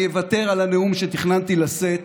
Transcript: אני אוותר על הנאום שתכננתי לשאת